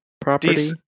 property